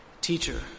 Teacher